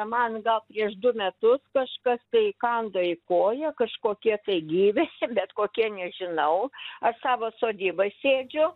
man gal prieš du metus kažkas tai įkando į koją kažkokie tai gyviai bet kokie nežinau aš savo sodyboj sėdžiu